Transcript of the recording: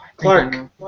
Clark